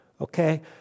okay